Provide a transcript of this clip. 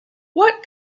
what